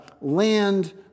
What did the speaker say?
land